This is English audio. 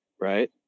right